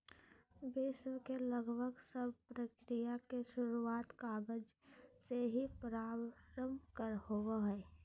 विश्व के लगभग सब प्रक्रिया के शुरूआत कागज से ही प्रारम्भ होलय हल